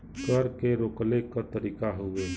कर के रोकले क तरीका हउवे